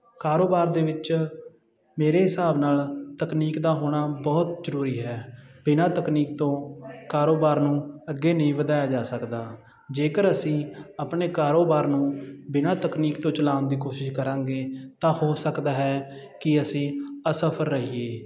ਕਾਰੋਬਾਰ ਦੇ ਵਿੱਚ ਮੇਰੇ ਹਿਸਾਬ ਨਾਲ ਤਕਨੀਕ ਦਾ ਹੋਣਾ ਬਹੁਤ ਜਰੂਰੀ ਹੈ ਬਿਨਾਂ ਤਕਨੀਕ ਤੋਂ ਕਾਰੋਬਾਰ ਨੂੰ ਅੱਗੇ ਨਹੀਂ ਵਧਾਇਆ ਜਾ ਸਕਦਾ ਜੇਕਰ ਅਸੀਂ ਆਪਣੇ ਕਾਰੋਬਾਰ ਨੂੰ ਬਿਨਾਂ ਤਕਨੀਕ ਤੋਂ ਚਲਾਨ ਦੀ ਕੋਸ਼ਿਸ਼ ਕਰਾਂਗੇ ਤਾਂ ਹੋ ਸਕਦਾ ਹੈ ਕਿ ਅਸੀਂ ਅਸਫਲ ਰਹੀਏ